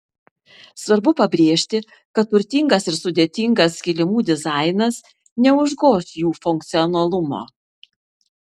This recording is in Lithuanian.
svarbu pabrėžti kad turtingas ir sudėtingas kilimų dizainas neužgoš jų funkcionalumo